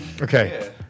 Okay